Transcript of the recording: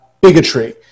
bigotry